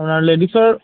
আপোনাৰ লেডিছৰ